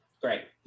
Great